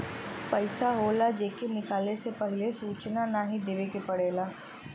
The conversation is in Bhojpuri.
पइसा होला जे के निकाले से पहिले सूचना नाही देवे के पड़ेला